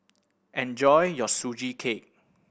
enjoy your Sugee Cake